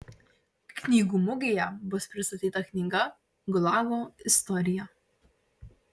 knygų mugėje bus pristatyta knyga gulago istorija